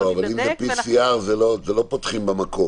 לבוא להיבדק